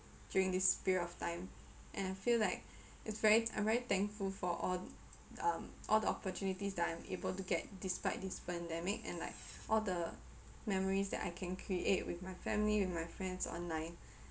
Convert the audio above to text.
during this period of time and I feel like it's very I'm very thankful for all um all the opportunities that I'm able to get despite this pandemic and like all the memories that I can create with my family with my friends online